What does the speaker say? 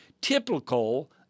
typical